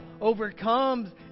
overcomes